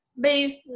based